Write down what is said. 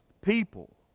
people